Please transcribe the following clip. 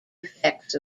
effects